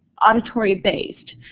auditory based.